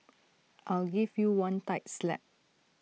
I'll give you one tight slap